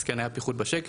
אז כן היה פיחות בשקל,